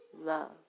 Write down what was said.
love